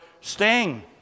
sting